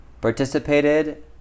participated